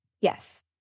Yes